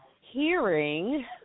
hearing